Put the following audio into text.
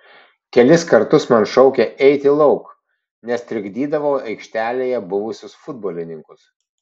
kelis kartus man šaukė eiti lauk nes trikdydavau aikštelėje buvusius futbolininkus